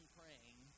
praying